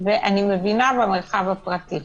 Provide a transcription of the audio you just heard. ואני מבינה במרחב הפרטי.